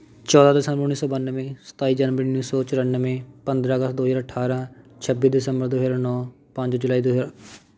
ਚੌਦਾਂ ਦਸੰਬ ਉੱਨੀ ਸੌ ਬਾਨਵੇਂ ਸਤਾਈ ਜਨਵਰੀ ਉੱਨੀ ਸੌ ਚੁਰਾਨਵੇਂ ਪੰਦਰਾਂ ਅਗਸਤ ਦੋ ਹਜ਼ਾਰ ਅਠਾਰਾਂ ਛੱਬੀ ਦਸੰਬਰ ਦੋ ਹਜ਼ਾਰ ਨੌ ਪੰਜ ਜੁਲਾਈ ਦੋ ਹਜ਼ਾਰ